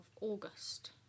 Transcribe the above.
August